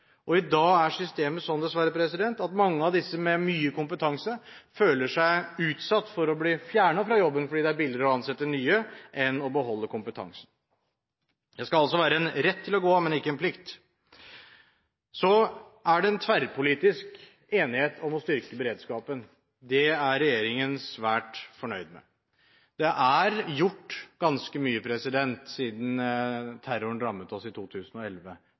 I dag er systemet sånn, dessverre, at mange av disse med mye kompetanse føler seg utsatt for å bli fjernet fra jobben fordi det er billigere å ansette nye enn å beholde kompetansen. Det skal altså være en rett til å gå av, men ikke en plikt. Så er det tverrpolitisk enighet om å styrke beredskapen. Det er regjeringen svært fornøyd med. Det er gjort ganske mye siden terroren rammet oss i 2011,